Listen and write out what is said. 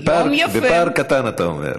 בפער קטן, אתה אומר.